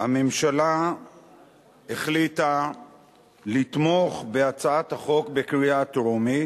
הממשלה החליטה לתמוך בהצעת החוק בקריאה טרומית,